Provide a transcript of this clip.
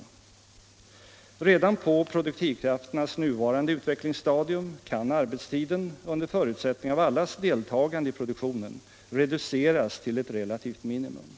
”Redan på produktivkrafternas nuvarande utvecklingsstadium kan arbetstiden, under förutsättning av allas delta Om arbetsbyte för gande i produktionen, reduceras till ett relativt minimum.